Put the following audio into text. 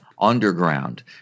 underground